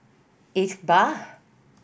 Iqbal